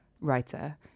writer